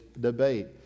debate